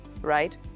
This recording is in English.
right